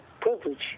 privilege